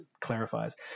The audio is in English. clarifies